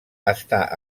està